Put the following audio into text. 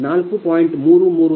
Pg1 Pg2 ನಿಮಗೆ 4